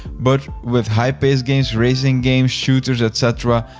but with high-paced games, racing games, shooters, et cetera,